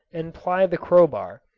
and ply the crowbar,